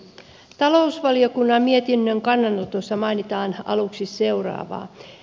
talousvaliokunnan mietinnön kannanotoissa mainitaan aluksi seuraavaa